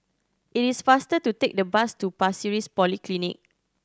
it is faster to take the bus to Pasir Ris Polyclinic